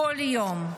כל יום.